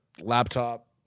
laptop